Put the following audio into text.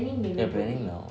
you're planning now